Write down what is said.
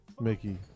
Mickey